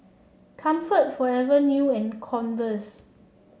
Comfort Forever New and Converse